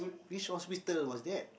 which was bitter was that